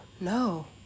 No